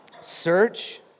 Search